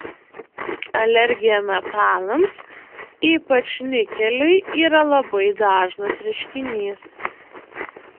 alergija metalams ypač nikeliui yra labai dažnas reiškinys